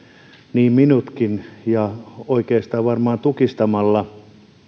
niin minutkin oikeastaan varmaan tukistamalla